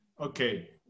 Okay